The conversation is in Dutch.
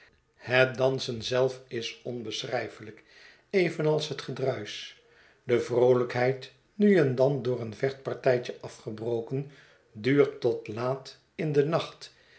het dansen zelf is onbeschrijfelijk evenals het gedruis de vroolijkheid nu en dan door een vechtpartijtje afgebroken duurt tot laat in den nacht